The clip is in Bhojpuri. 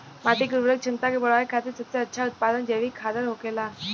माटी के उर्वरक क्षमता के बड़ावे खातिर सबसे अच्छा उत्पाद जैविक खादर होखेला